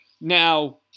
Now